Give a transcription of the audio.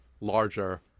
larger